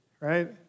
right